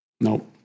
Nope